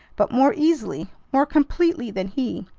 but more easily, more completely than he.